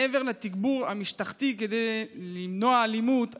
מעבר לתגבור המשטרתי כדי למנוע אלימות,